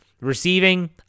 Receiving